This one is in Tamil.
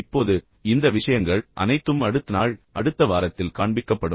இப்போது இந்த விஷயங்கள் அனைத்தும் அடுத்த நாள் அடுத்த வாரத்தில் காண்பிக்கப்படும்